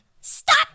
Stop